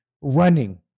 running